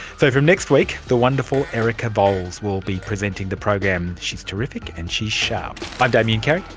so from next week, the wonderful erica vowles will be presenting the program. she's terrific, and she's sharp. i'm damien carrick,